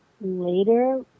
later